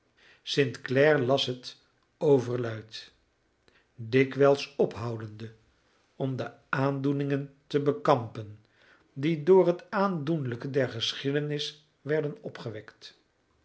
st clare las het overluid dikwijls ophoudende om de aandoeningen te bekampen die door het aandoenlijke der geschiedenis werden opgewekt